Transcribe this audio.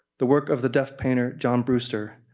the work of the deaf painter, john brewster,